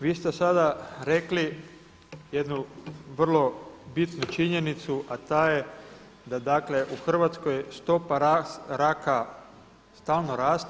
Vi ste sada rekli jednu vrlo bitnu činjenicu, a ta je da dakle u Hrvatskoj stopa raka stalno raste.